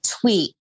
tweet